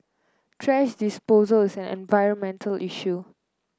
thrash disposal is an environmental issue